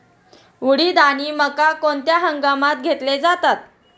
उडीद आणि मका कोणत्या हंगामात घेतले जातात?